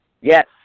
Yes